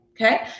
Okay